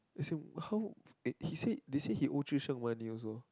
as in how he say they say he owe one year also